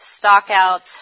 stockouts